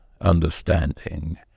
understanding